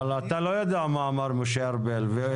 אבל אתה לא יודע מה אמר משה ארבל.